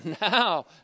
now